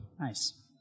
Nice